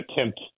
attempt